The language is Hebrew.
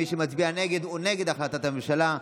מי שמצביע נגד, הוא נגד החלטת הממשלה.